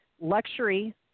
Luxury